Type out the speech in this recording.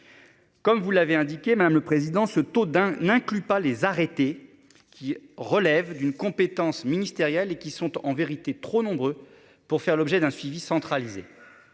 Comme vous l'avez indiqué madame le président ce taux d'un n'inclut pas les arrêtés qui relèvent d'une compétence ministérielle et qui sont en vérité trop nombreux pour faire l'objet d'un suivi centralisé.